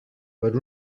per